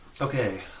Okay